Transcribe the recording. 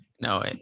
No